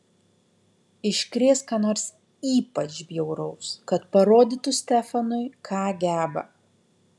iškrės ką nors ypač bjauraus kad parodytų stefanui ką geba